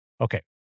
Okay